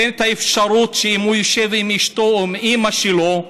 תינתן לו האפשרות שאם הוא יושב עם אשתו או עם אימא שלו,